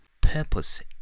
Purpose